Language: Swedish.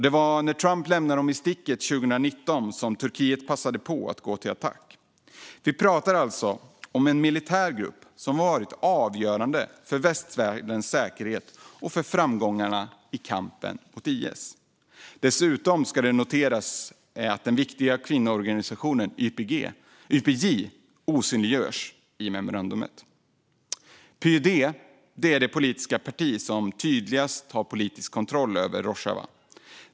Det var när Trump lämnade dem i sticket 2019 som Turkiet passade på att gå till attack. Det är alltså en militär grupp som varit avgörande för västvärldens säkerhet och för framgångarna i kampen mot IS. Dessutom ska det noteras att deras viktiga kvinnoorganisation YPJ osynliggörs i memorandumet. PYD är det politiska parti som har tydligast politisk kontroll över Rojava.